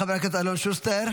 חבר הכנסת אלון שוסטר,